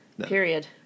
Period